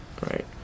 Right